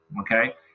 okay